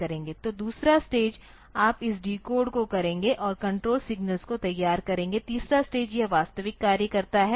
तो दूसरा स्टेज आप इस डिकोड को करेंगे और कण्ट्रोल सिग्नल्स को तैयार करेंगे तीसरा स्टेज यह वास्तविक कार्य करता है